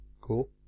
Cool